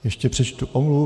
Ještě přečtu omluvu.